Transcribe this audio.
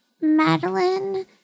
Madeline